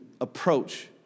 approach